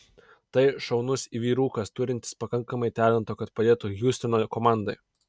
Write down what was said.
tai šaunus vyrukas turintis pakankamai talento kad padėtų hjustono komandai